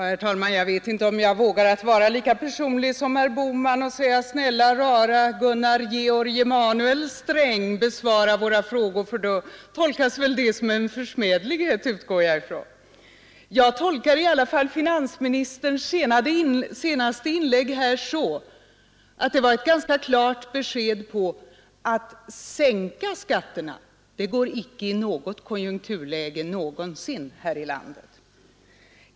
Herr talman! Jag vet inte om jag vågar vara lika personlig som herr Bohman och säga: Snälla rara Gunnar Georg Emanuel Sträng, besvara våra frågor! Jag antar nämligen att det då tolkas som en försmädlighet. Jag tolkar i alla fall finansministerns senaste inlägg så, att det var ett ganska klart besked om att sänka skatterna, det går icke i något konjunkturläge någonsin här i landet.